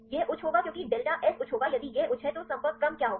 यह उच्च होगा क्योंकि डेल्टा s उच्च होगा यदि यह उच्च है तो संपर्क क्रम क्या होगा